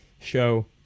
show